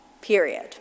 Period